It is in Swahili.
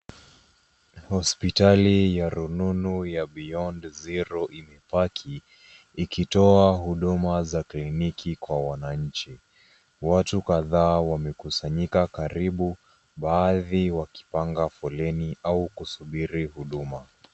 Hospitali ya rununu ya, beyond zero, imepaki ikitoa huduma za kliniki kwa wananchi. Watu kadhaa wamekusanyika karibu baadhi wakipanga foleni au kusubiri huduma.